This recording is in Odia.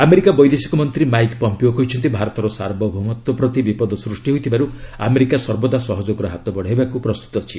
ଆମେରିକା ବୈଦେଶିକ ମନ୍ତ୍ରୀ ମାଇକ୍ ପମ୍ପିଓ କହିଛନ୍ତି ଭାରତର ସାର୍ବଭୌମତ୍ୱ ପ୍ରତି ବିପଦ ସୃଷ୍ଟି ହେଉଥିବାରୁ ଆମେରିକା ସର୍ବଦା ସହଯୋଗର ହାତ ବଢ଼ାଇବାକୁ ପ୍ରସ୍ତୁତ ଅଛି